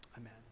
Amen